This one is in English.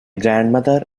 grandmother